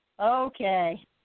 Okay